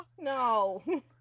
No